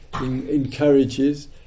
encourages